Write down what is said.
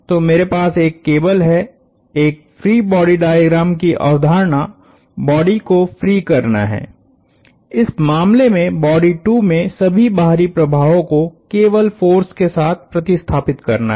तो मेरे पास एक केबल है एक फ्री बॉडी डायग्राम की अवधारणा बॉडी को फ्री करना है इस मामले में बॉडी 2 में सभी बाहरी प्रभावों को केवल फोर्स के साथ प्रतिस्थापित करना है